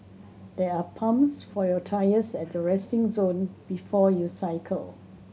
there are pumps for your tyres at the resting zone before you cycle